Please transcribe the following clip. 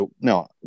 No